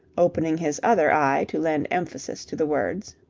opening his other eye to lend emphasis to the words.